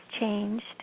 changed